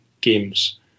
games